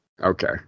Okay